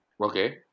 Okay